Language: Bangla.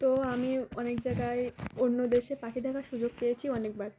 তো আমি অনেক জায়গায় অন্য দেশে পাখি দেখার সুযোগ পেয়েছি অনেকবার